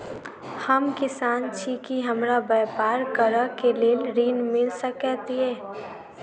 हम किसान छी की हमरा ब्यपार करऽ केँ लेल ऋण मिल सकैत ये?